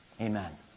Amen